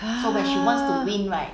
ah